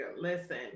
Listen